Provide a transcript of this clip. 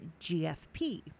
GFP